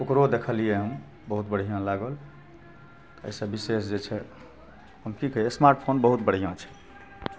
ओकरो देखलियै हम बहुत बढ़िआँ लागल अइसँ विशेष जे छै हम ठीके स्मार्ट फोन बहुत बढ़िआँ छै